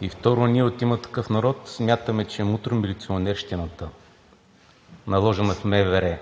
И второ, ние от „Има такъв народ“ смятаме, че мутро милиционерщината, наложена в МВР